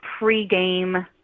pregame